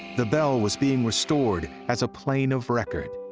the belle was being restored as a plane of record.